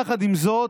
יחד עם זאת,